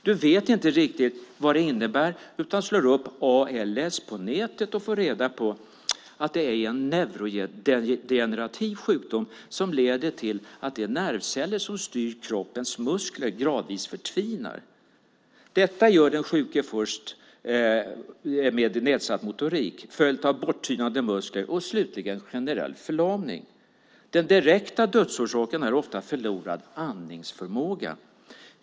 Du vet inte riktigt vad det innebär utan slår upp ALS på nätet och får reda på att det är en neurodegenerativ sjukdom som leder till att de nervceller som styr kroppens muskler gradvis förtvinar. Detta ger först den sjuke nedsatt motorik, följt av borttynande muskler och slutligen generell förlamning. Den direkta dödsorsaken är ofta förlorad andningsförmåga.